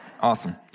Awesome